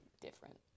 different